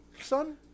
son